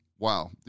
Wow